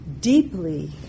deeply